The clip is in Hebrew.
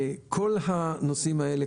כמובן שאת כל הנושאים האלה